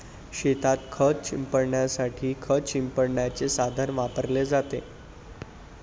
शेतात खत शिंपडण्यासाठी खत शिंपडण्याचे साधन वापरले जाते